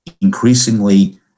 increasingly